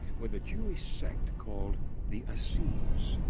with a jewish sect called the essenes.